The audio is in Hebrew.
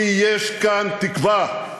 כי יש כאן תקווה.